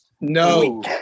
No